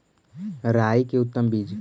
राई के उतम बिज?